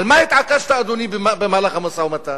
על מה התעקשת, אדוני, במהלך המשא-ומתן?